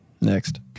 next